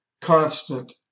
constant